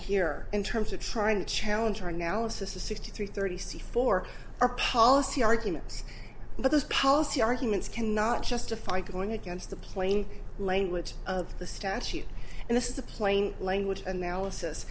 here in terms of trying to challenge or analysis a sixty three thirty six for our policy arguments but those policy arguments cannot justify going against the plain language of the statute and this is the plain language analysis